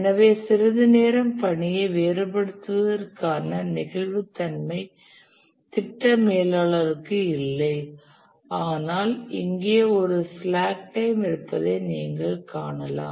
எனவே சிறிது நேரம் பணியை வேறுபடுத்துவதற்கான நெகிழ்வுத்தன்மை திட்ட மேலாளருக்கு இல்லை ஆனால் இங்கே ஒரு ஸ்லாக் டைம் இருப்பதை நீங்கள் காணலாம்